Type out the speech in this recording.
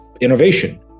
innovation